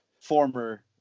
former